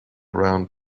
around